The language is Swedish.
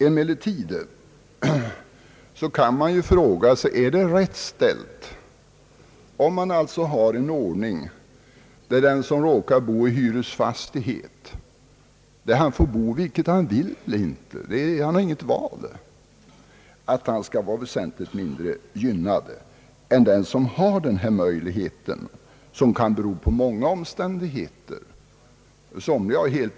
Emellertid kan man fråga sig: Är det rätt att ha en ordning som innebär att den som råkar bo i hyresfastighet — där han får bo vare sig han vill eller inte — är väsentligt mindre gynnad än den som bor i eget hus och har möjlighet att göra avdrag? Det kan bero på många omständigheter att man bor i hyreslägenhet.